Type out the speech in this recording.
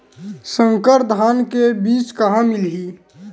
संकर धान के बीज कहां मिलही?